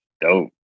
dope